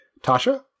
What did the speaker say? Tasha